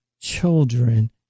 children